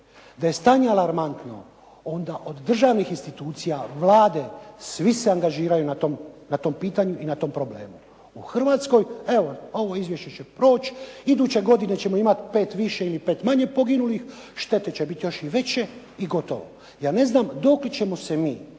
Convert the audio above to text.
da je stanje alarmantno onda od državnih institucija, Vlade svi se angažiraju na tom pitanju i na tom problemu. U Hrvatskoj, evo ovo izvješće će proći, iduće godine ćemo imati 5 više ili 5 manje poginulih, štete će biti još i veće i gotovo. Ja ne znam dokle ćemo se mi